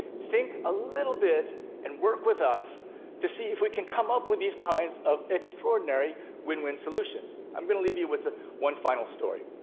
think ah bit and work with us to see if we can come up with these kinds of extraordinary win-win solutions. i'm going to leave you with one final story.